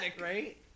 right